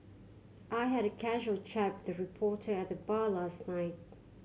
I had a casual chat with a reporter at the bar last night